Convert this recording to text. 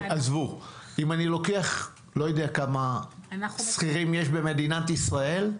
אני לא יודע כמה שכירים יש במדינת ישראל.